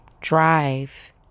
drive